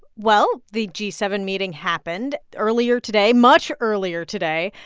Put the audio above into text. well, the g seven meeting happened. earlier today much earlier today,